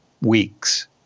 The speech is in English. weeks